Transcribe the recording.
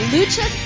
Lucha